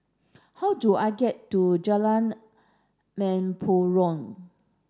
how do I get to Jalan Mempurong